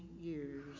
years